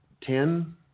ten